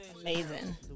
Amazing